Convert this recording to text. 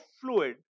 fluid